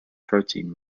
protein